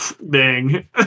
bang